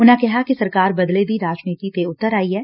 ਉਨਾਂ ਕਿਹਾ ਕਿ ਸਰਕਾਰ ਬਦਲੇ ਦੀ ਰਾਜਨੀਤੀ ਤੇ ਉੱਤਰ ਆਈ ਐ